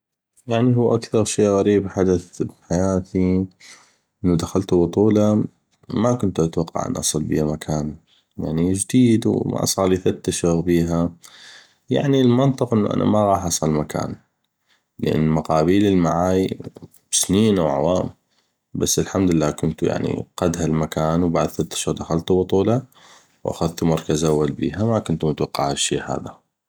يعني هو اكثغ شي غريب حدث بحياتي انو دخلتو بطوله ما كنتو اتوقع انو اصل بيها مكان يعني جديد وما صاغلي ثلث تشهغ بيها يعني المنطق انو انا ما غاح اصل مكان لان المقابيلي المعاي سنين واعوام بس الحمدلله انو كنتو قد هالمكان وبعد ثلث اشهغ دخلتو بطولة واخذتو مركز اول بيها ما كنتو متوقع هالشي هذا